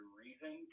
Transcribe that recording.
reason